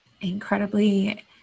incredibly